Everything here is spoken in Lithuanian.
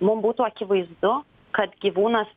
mum būtų akivaizdu kad gyvūnas